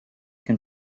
can